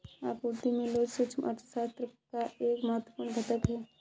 आपूर्ति में लोच सूक्ष्म अर्थशास्त्र का एक महत्वपूर्ण घटक है